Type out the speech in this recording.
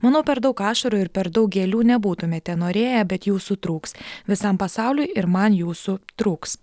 manau per daug ašarų ir per daug gėlių nebūtumėte norėję bet jūsų trūks visam pasauliui ir man jūsų trūks